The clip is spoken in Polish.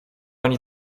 ani